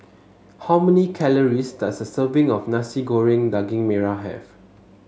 how many calories does a serving of Nasi Goreng Daging Merah have